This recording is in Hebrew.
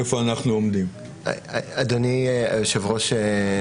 אדוני היושב-ראש,